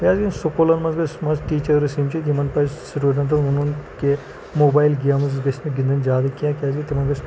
بیٚیہِ حظ یِم سکوٗلَن منٛز گژھِ یِم حظ ٹیٖچَرٕس یِم چھِ یِمَن پَزِ سٹوٗڈَنٹَن وَنُن کہِ موبایِل گیمٕز گژھِ نہٕ گِندٕنۍ زیادٕ کینٛہہ کیٛازِکہِ تِمَن گژھِ